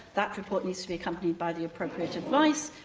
that report needs to be accompanied by the appropriate advice.